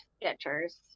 sketchers